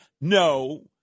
No